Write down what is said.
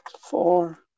four